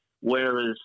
whereas